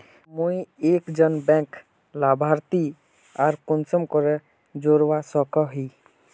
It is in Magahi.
मुई एक जन बैंक लाभारती आर कुंसम करे जोड़वा सकोहो ही?